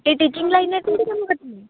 ଏହି ଟିଚିଙ୍ଗ୍ ଲାଇନ୍ରେ କେଉଁଠି କାମ କରିଥିଲେ